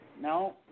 No